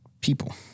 people